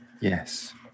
Yes